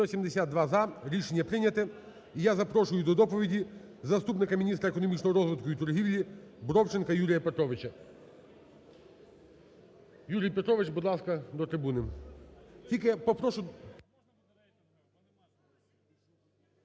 За-172 Рішення прийнято. І я запрошую до доповіді заступника міністра економічного розвитку і торгівлі Бровченка Юрія Петровича. Юрій Петрович, будь ласка, до трибуни, тільки попрошу…